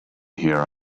here